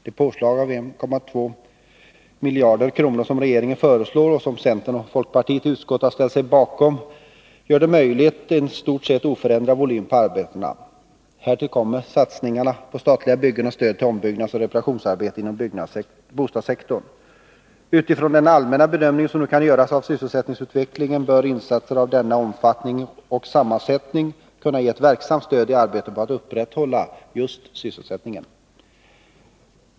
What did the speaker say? Det påslag av 1,2 miljarder kronor som regeringen föreslår och som centern och folkpartiet i utskottet har ställt sig bakom möjliggör en i stort sett oförändrad volym på arbetena. Därtill kommer satsningarna på statliga byggen och stödet till ombyggnadsoch reparationsarbeten inom bostadssektorn. Utifrån den allmänna bedömning som nu kan göras av sysselsättningsutvecklingen bör insatser av denna omfattning och sammansättning kunna ge ett verksamt stöd i arbetet på att upprätthålla sysselsättningen.